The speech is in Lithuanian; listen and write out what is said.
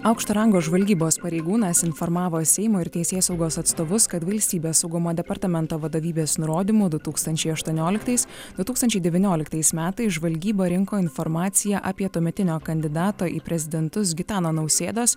aukšto rango žvalgybos pareigūnas informavo seimo ir teisėsaugos atstovus kad valstybės saugumo departamento vadovybės nurodymu du tūkstančiai aštuonioliktais du tūkstančiai devynioliktais metais žvalgyba rinko informaciją apie tuometinio kandidato į prezidentus gitano nausėdos